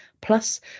Plus